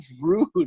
rude